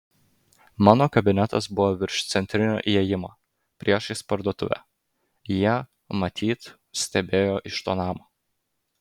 mano kabinetas buvo virš centrinio įėjimo priešais parduotuvę jie matyt stebėjo iš to namo